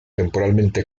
temporalmente